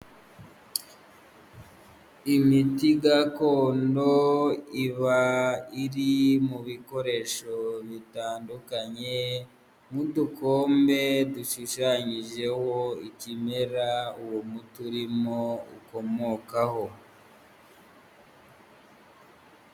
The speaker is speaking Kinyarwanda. Imiti gakondo, iba iri mu bikoresho bitandukanye, nk'udukombe dushushanyijeho ikimera uwo muti uri mo ukomoka ho.